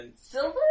Silver